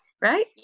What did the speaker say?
right